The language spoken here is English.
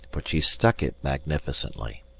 but she stuck it magnificently.